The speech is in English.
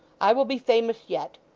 i will be famous yet.